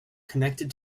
connected